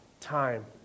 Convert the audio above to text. time